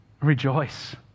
rejoice